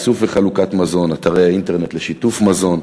איסוף וחלוקה של מזון, אתרי האינטרנט לשיתוף מזון.